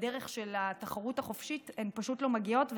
בדרך של התחרות החופשית הן פשוט לא מגיעות,